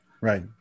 Right